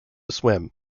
swim